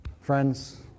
friends